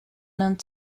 known